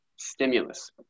Stimulus